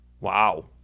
Wow